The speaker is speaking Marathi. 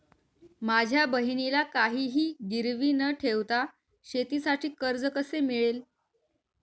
माझ्या बहिणीला काहिही गिरवी न ठेवता शेतीसाठी कर्ज कसे मिळेल?